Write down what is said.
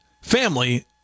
family